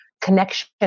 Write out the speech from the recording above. connection